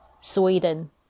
Sweden